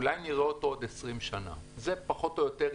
אולי עוד 20 שנה נראה אותו.